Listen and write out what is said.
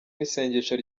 n’isengesho